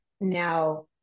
now